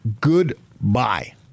goodbye